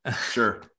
Sure